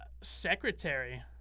Secretary